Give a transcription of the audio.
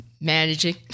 managing